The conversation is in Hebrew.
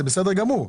זה בסדר גמור.